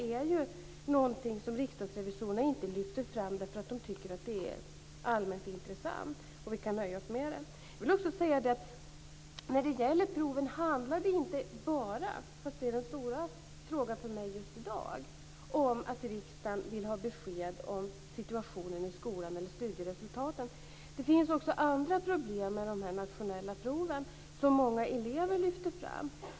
Detta är någonting som riksdagsrevisorerna inte lyfter fram därför att de tycker att det är allmänt intressant, och som vi kan nöja oss med. När det gäller proven vill jag också säga att det handlar inte bara om - även om det är den stora frågan för mig just i dag - att riksdagen vill ha besked om situationen i skolan eller om studieresultaten. Det finns också andra problem med de nationella proven som många elever lyfter fram.